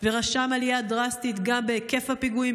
ורשם עלייה דרסטית גם בהיקף הפיגועים,